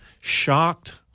shocked